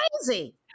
crazy